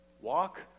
Walk